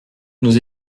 nous